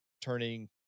turning